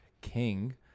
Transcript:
King